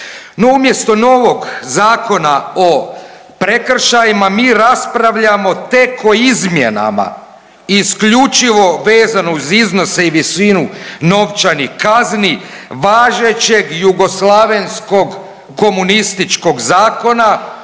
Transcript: No umjesto novog Zakona o prekršajima mi raspravljamo tek o izmjenama i isključivo vezano uz iznose i visinu novčanih kazni važećeg jugoslavenskog komunističkog zakona